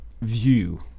view